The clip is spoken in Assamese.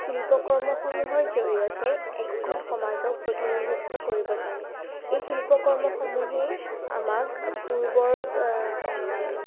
শিল্পকৰ্মূহৰ জৰিয়তে একোখন সমাজক প্ৰতিনিধিত্ব কৰিব পাৰি এই শিল্পকৰ্মসমূহেই আমাক পূৰ্বৰ